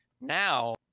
Now